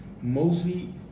mostly